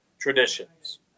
traditions